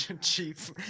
Chief